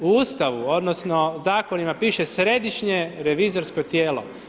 U Ustavu odnosno zakonima piše središnje revizorsko tijelo.